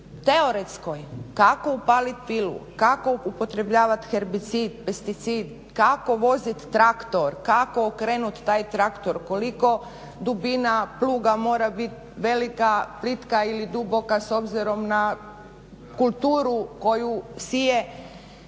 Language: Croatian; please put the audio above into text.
teoretskoj kako upaliti pilu, kako upotrebljavati herbicid, pesticid, kako voziti traktor, kako okrenuti taj traktor, koliko dubina pluga mora biti velika, plitka ili duboka s obzirom na kulturu koju sije.